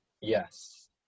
Yes